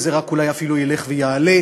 וזה רק אולי אפילו ילך ויעלה,